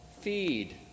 Feed